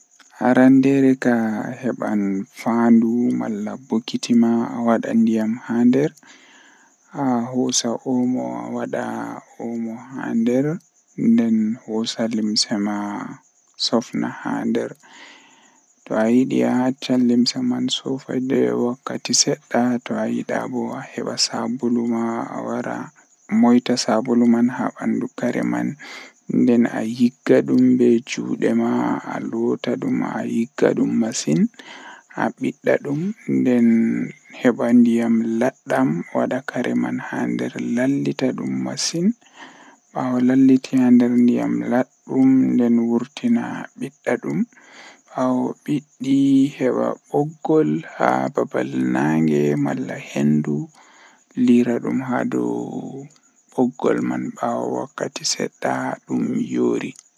Haa nyande mi wawan mi dilla jahangal kilomitaaji sappo.